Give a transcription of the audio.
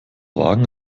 wagen